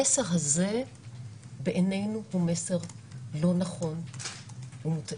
המסר הזה הוא בעינינו מסר לא נכון ומוטעה.